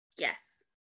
Yes